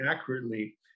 accurately